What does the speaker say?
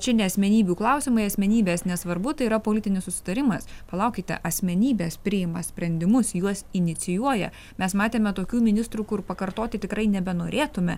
čia ne asmenybių klausimai asmenybės nesvarbu tai yra politinis susitarimas palaukite asmenybės priima sprendimus juos inicijuoja mes matėme tokių ministrų kur pakartoti tikrai nebenorėtume